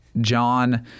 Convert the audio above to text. John